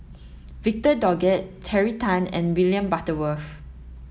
Victor Doggett Terry Tan and William Butterworth